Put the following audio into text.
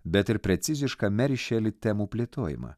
bet ir precizišką meri šeli temų plėtojimą